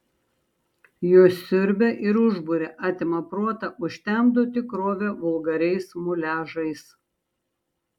jos siurbia ir užburia atima protą užtemdo tikrovę vulgariais muliažais